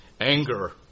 Anger